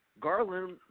Garland